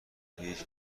هیچ